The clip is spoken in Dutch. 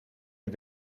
een